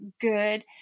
good